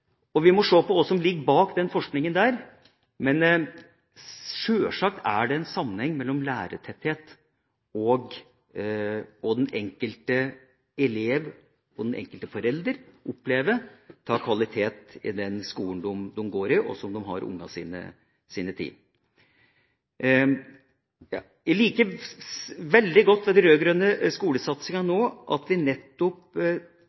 samtidig. Vi må se på hva som ligger bak denne forskninga, men sjølsagt er det en sammenheng mellom lærertetthet og det den enkelte elev og den enkelte forelder opplever av kvalitet i den skolen de går i, og som de har ungene sine i. Det jeg liker veldig godt ved den rød-grønne skolesatsinga